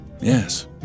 yes